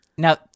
Now